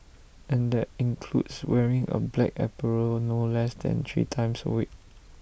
and that includes wearing A black apparel no less than three times A week